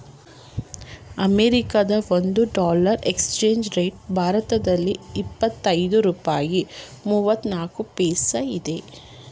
ಅಮೆರಿಕದ ಒಂದು dollar exchange rate ಭಾರತದಲ್ಲಿ ಎಪ್ಪತ್ತೈದು ರೂಪಾಯಿ ಮೂವ್ನಾಲ್ಕು ಪೈಸಾ ಇದೆ